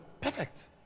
Perfect